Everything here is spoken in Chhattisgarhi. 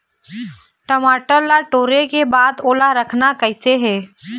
टमाटर ला टोरे के बाद ओला रखना कइसे हे?